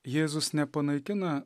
jėzus nepanaikina